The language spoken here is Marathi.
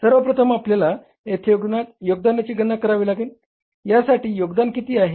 सर्वप्रथम आपल्याला येथे योगदानाची गणना करावी लागेल यासाठी योगदान किती आहे